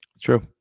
true